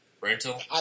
rental